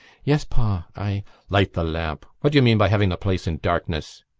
yes, pa. i light the lamp. what do you mean by having the place in darkness?